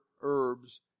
herbs